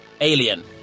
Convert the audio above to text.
Alien